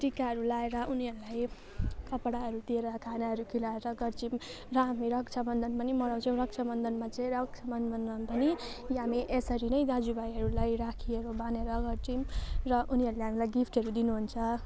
टिकाहरू लगाएर उनीहरूलाई कपडाहरू दिएर खानाहरू खुवाएर गर्छौँ र हामी रक्षाबन्धन पनि मनाउँछौँ रक्षाबन्धनमा चाहिँ रक्षाबन्धनमा पनि यहाँ हामी यसरी नै दाजुभाइहरूलाई राखीहरू बाँधेर गर्छौँ र उनीहरूले हामीलाई गिफ्टहरू दिनुहुन्छ